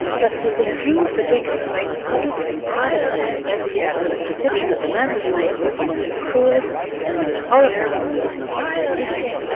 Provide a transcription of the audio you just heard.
but has been fuelled for decades by public and private outrage over the perception that the man responsible for one of the cruellest and most horrifying murders in australian history,